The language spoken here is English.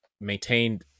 maintained